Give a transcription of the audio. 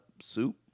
soup